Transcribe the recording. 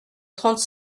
trente